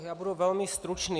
Já budu velmi stručný.